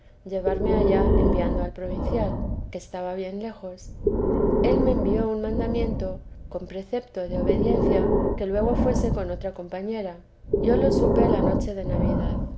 llevarme allá enviando al provincial que estaba bien lejos el me envió un mandamiento con precepto de obediencia que luego fuese con otra compañera yo lo supe la noche de navidad